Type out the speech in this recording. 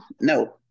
No